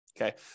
Okay